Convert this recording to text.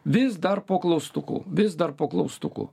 vis dar po klaustuku vis dar po klaustuku